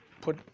put